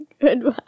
Goodbye